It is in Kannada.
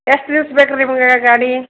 ಎಷ್ಟು ದಿವ್ಸ ಬೇಕ್ರಿ ನಿಮ್ಗೆ ಗಾಡಿ